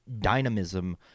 dynamism